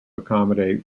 accommodate